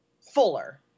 Fuller